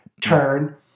turn